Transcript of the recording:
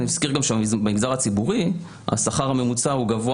אני מזכיר גם שבמגזר הציבורי השכר הממוצע גבוה